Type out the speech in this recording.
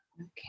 Okay